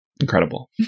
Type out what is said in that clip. Incredible